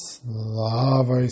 Slava